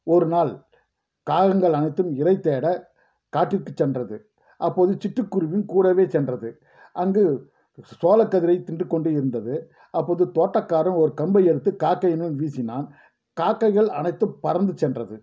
ஒரு நாள் காகங்கள் அனைத்தும் இரை தேட காட்டுக்குச் சென்றது அப்போது சிட்டுக்குருவியும் கூடவே சென்றது அங்குச் சோளக்கருதை தின்றுக் கொண்டு இருந்தது அப்போது தோட்டக்காரன் ஒரு கம்பை எடுத்துக் காக்கை மீது வீசினான் காக்கைகள் அனைத்தும் பறந்துச் சென்றது